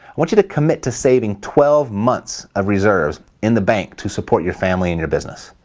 want you to commit to saving twelve months of reserves in the bank to support your family and your business.